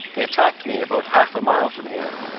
they attacked me about half a mile from here.